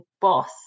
boss